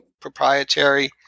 proprietary